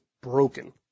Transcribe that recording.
broken